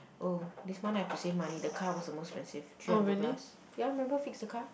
oh this month I have to save money the car was the most expensive three hundred plus ya remember fix the car